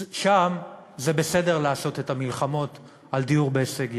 שם זה בסדר לעשות את המלחמות על דיור בהישג יד.